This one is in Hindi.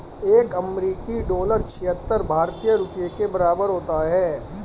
एक अमेरिकी डॉलर छिहत्तर भारतीय रुपये के बराबर होता है